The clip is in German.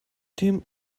dem